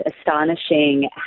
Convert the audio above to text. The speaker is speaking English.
astonishing